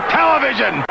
television